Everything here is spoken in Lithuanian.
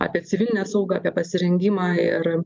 apie civilinę saugą apie pasirengimą ir